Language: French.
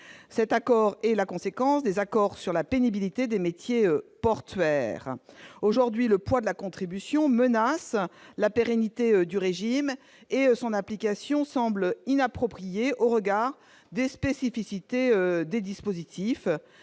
tend à tirer la conséquence des accords sur la pénibilité des métiers portuaires. Aujourd'hui, le poids de la contribution spécifique menace la pérennité du régime et son application semble inappropriée au regard des spécificités de ces dispositifs.